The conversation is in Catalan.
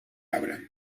arbre